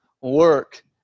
Work